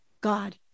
God